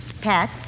Pat